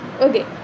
Okay